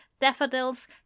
daffodils